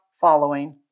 following